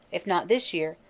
if not this year,